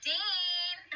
Dean